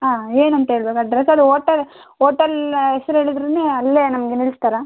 ಆಂ ಏನಂತೇಳ್ಬೇಕು ಅಡ್ರಸದು hotel hotel ಹೆಸ್ರೇಳದ್ರೆನೇ ಅಲ್ಲೇ ನಮಗೆ ನಿಲ್ಲಿಸ್ತಾರಾ